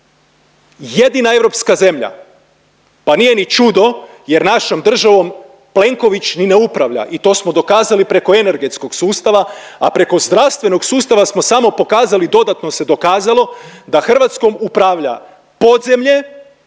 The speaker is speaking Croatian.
jedina europska zemlja. Pa nije ni čudo jer našom državom Plenković ni ne upravlja i to smo dokazali preko energetskog sustava, a preko zdravstvenog sustava smo samo pokazali, dodatno se dokazalo da Hrvatskom upravlja podzemlje,